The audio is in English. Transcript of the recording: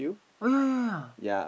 oh ya ya ya